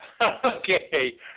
Okay